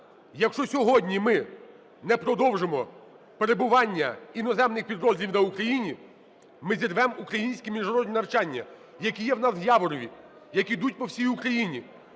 Якщо сьогодні ми не продовжимо перебування іноземних підрозділів на Україні, ми зірвемо українські міжнародні навчання, які є в нас в Яворові, які йдуть по всій Україні.